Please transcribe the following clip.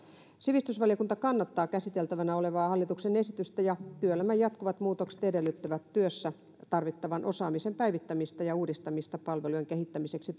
sivistysvaliokunta kannattaa käsiteltävänä olevaa hallituksen esitystä työelämän jatkuvat muutokset edellyttävät työssä tarvittavan osaamisen päivittämistä ja uudistamista palvelujen kehittämiseksi